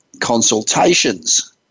consultations